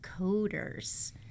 coders